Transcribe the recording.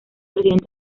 presidente